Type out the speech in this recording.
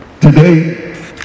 Today